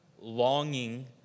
longing